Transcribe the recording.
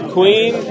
Queen